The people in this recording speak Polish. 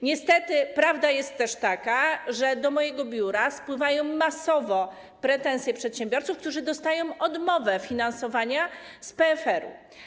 Niestety prawda jest też taka, że do mojego biura spływają masowo pretensje przedsiębiorców, którzy dostają odmowę finansowania z PFR.